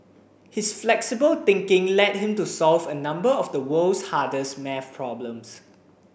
his flexible thinking led him to solve a number of the world's hardest maths problems